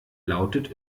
lautet